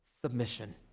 Submission